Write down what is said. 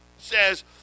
says